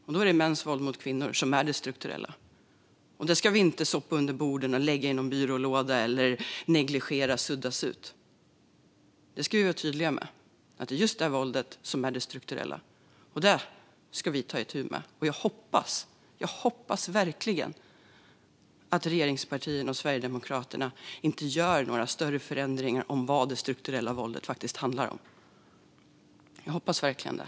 Det är mäns våld mot kvinnor som är det strukturella, och det ska vi inte sopa under mattan, lägga i någon byrålåda eller negligera så att det suddas ut. Vi ska vara tydliga med att det är just det våldet som är det strukturella och att vi ska ta itu med det. Jag hoppas verkligen att regeringspartierna och Sverigedemokraterna inte gör några större förändringar gällande vad det strukturella våldet faktiskt handlar om. Jag hoppas verkligen det.